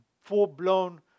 full-blown